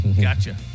gotcha